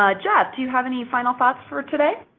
ah jeff, do you have any final thoughts for today?